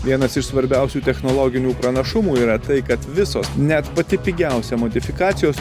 vienas iš svarbiausių technologinių pranašumų yra tai kad visos net pati pigiausia modifikacijos